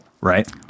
right